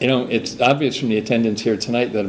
you know it's obvious from the attendance here tonight that